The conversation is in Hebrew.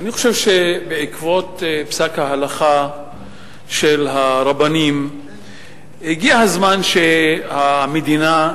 אני חושב שבעקבות פסק ההלכה של הרבנים הגיע הזמן שהמדינה,